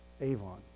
Avon